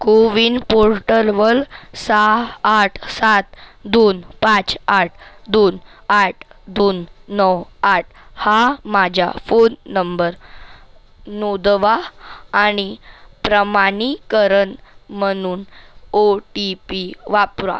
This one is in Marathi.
को विन पोर्टलवर सहा आठ सात दोन पाच आठ दोन आठ दोन नऊ आठ हा माझा फोन नंबर नोंदवा आणि प्रमाणीकरण म्हणून ओ टी पी वापरा